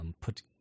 put